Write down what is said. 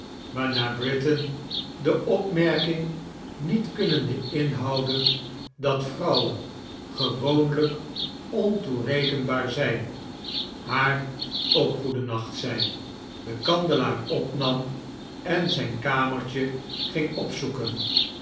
waarna britain de opmerking niet kunmende inhouden dat vrouwen gewoonlijk ontoerekenbaar zijn haar ook goeden nacht zei den kandelaar opnam en zijn kamertje ging opzoeken